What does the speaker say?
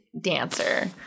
dancer